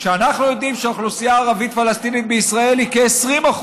ואנחנו יודעים שהאוכלוסייה הערבית-פלסטינית בישראל היא כ-20%.